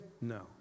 No